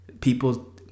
People